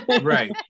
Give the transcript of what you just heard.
right